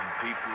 people